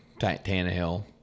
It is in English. Tannehill